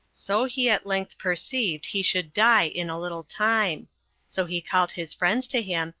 so he at length perceived he should die in a little time so he called his friends to him,